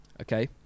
Okay